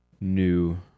new